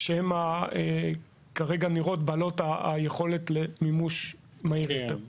אלה נראות בעלות יכולת למימוש מהיר יותר.